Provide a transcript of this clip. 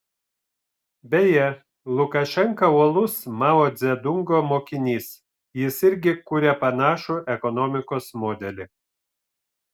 beje lukašenka uolus mao dzedungo mokinys jis irgi kuria panašų ekonomikos modelį